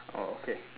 orh okay